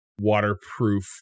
waterproof